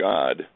God